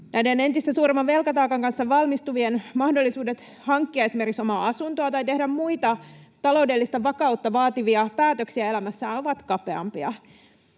Näiden entistä suuremman velkataakan kanssa valmistuvien mahdollisuudet hankkia esimerkiksi omaa asuntoa tai tehdä muita taloudellista vakautta vaativia päätöksiä elämässä ovat kapeampia.